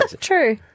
True